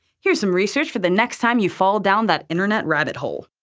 here's some research for the next time you fall down that internet rabbit hole.